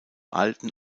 alten